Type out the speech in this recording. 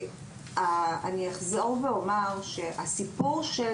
אני אחזור ואומר שהסיפור של